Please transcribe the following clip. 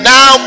Now